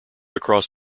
across